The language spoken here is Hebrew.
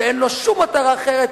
שאין לו שום מטרה אחרת,